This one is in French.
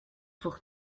pour